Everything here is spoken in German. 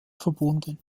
verbunden